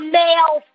male